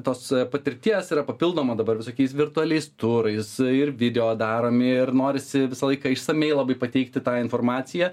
tos patirties yra papildoma dabar visokiais virtualiais turais ir video daromi ir norisi visą laiką išsamiai labai pateikti tą informaciją